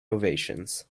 ovations